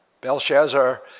Belshazzar